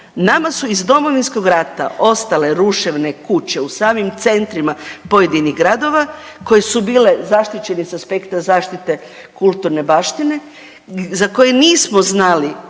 nama su iz Domovinskog rata ostale ruševne kuće u samim centrima pojedinih gradova koje su bile zaštićene s aspekta zaštite kulturne baštine za koje nismo znali